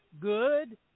good